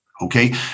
okay